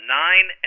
nine